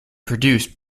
produced